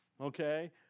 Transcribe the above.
okay